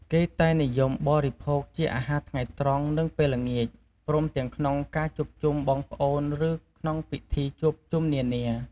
គេតែងនិយមបរិភោគ ជាអាហារថ្ងៃត្រង់និងពេលល្ងាច ព្រមទាំងក្នុងការជួបជុំបងប្អូនឬក្នងពិធីជួបជុំនានា។